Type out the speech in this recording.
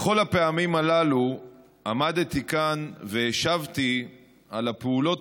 בכל הפעמים הללו עמדתי כאן והשבתי על הפעולות